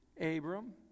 Abram